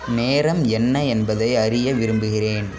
நேரம் என்ன என்பதை அறிய விரும்புகிறேன்